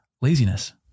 laziness